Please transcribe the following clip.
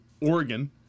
Oregon